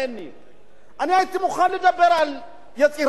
אני הייתי מוכן לדבר על יצירת מנגנון,